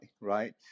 right